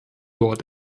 dort